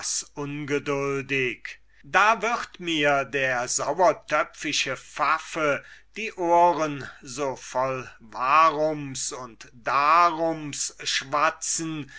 ungeduldig da wird mir der sauertöpfische pfaffe die ohren so voll warums und darums schwatzen